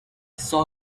saw